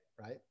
right